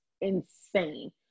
insane